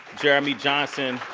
jeremy johnson,